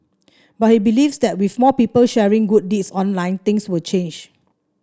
but he believes that with more people sharing good deeds online things will change